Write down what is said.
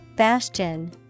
Bastion